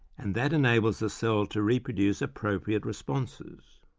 and that enables the cell to reproduce appropriate responses.